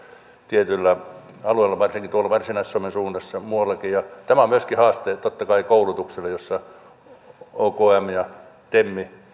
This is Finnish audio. tietyillä aloilla varsinkin tuolla varsinais suomen suunnassa ja muuallakin tämä on myöskin haaste totta kai koulutukselle jossa okmn ja temin